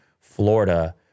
Florida